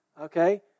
okay